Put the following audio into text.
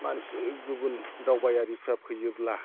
मानसि गुबुन दावबायारिफ्रा फैयोब्ला